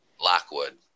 Lockwood